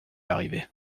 arrivait